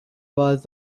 was